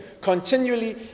Continually